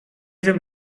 wiem